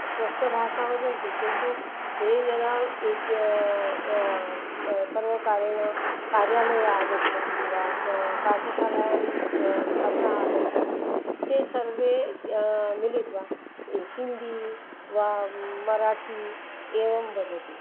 स्वस्य भाषां वदन्ति किन्तु ते यदा एकं सर्वकारेण कार्यालयम् आगच्छति वा पाठशालायां छात्राः आगच्छन्ति ते सर्वे मिलित्वा हि हिन्दी वा मराठी एवं वदति